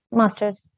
masters